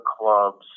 clubs